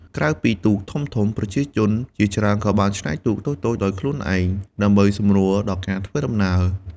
ក្រៅពីទូកធំៗ ប្រជាជនជាច្រើនក៏បានច្នៃទូកតូចៗដោយខ្លួនឯងដើម្បីសម្រួលដល់ការធ្វើដំណើរ។